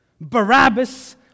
Barabbas